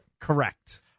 Correct